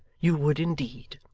you would indeed.